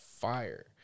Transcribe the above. fire